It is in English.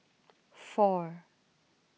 four